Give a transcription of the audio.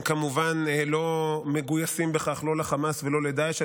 הם כמובן לא מגויסים בכך לא לחמאס ולא לדאעש,